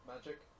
Magic